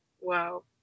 wow